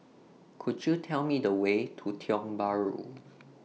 Could YOU Tell Me The Way to Tiong Bahru